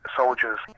soldiers